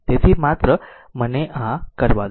તેથી માત્ર મને આ કરવા દો